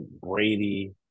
Brady